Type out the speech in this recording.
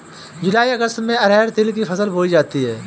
जूलाई अगस्त में अरहर तिल की फसल बोई जाती हैं